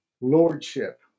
Lordship